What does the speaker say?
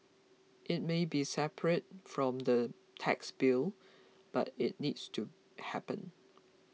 it may be separate from the tax bill but it needs to happen